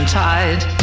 tide